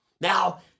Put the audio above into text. now